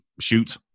shoot